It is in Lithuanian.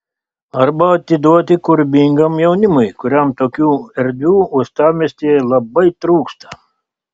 arba atiduoti kūrybingam jaunimui kuriam tokių erdvių uostamiestyje labai trūksta